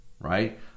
right